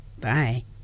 Bye